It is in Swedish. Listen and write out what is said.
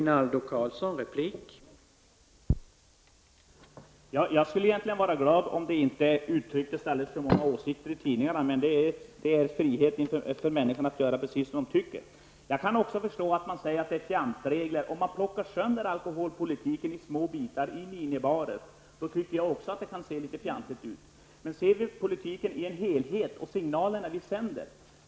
Herr talman! Jag skulle egentligen vara glad om det inte uttrycktes så många åsikter i tidningarna, men det är fråga om människors frihet att göra precis som de tycker. Även jag kan förstå att man säger att detta är fjantregler. Om man plockar sönder alkoholpolitiken i små bitar, till att gälla t.ex. minibarer, tycker också jag att det kan se litet fjantigt ut. Men vi måste se politiken i en helhet och se de signaler vi sänder.